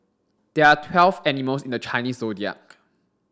there are twelve animals in the Chinese Zodiac